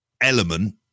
element